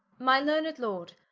my learned lord,